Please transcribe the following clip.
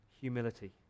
Humility